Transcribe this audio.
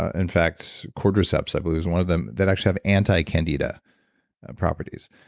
ah in fact cordyceps i believe was one of them that actually have anti-candida properties.